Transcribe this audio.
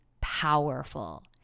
powerful